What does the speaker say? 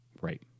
Right